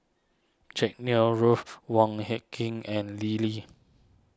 Jack Neo Ruth Wong Hie King and Lim Lee